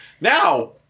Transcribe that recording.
Now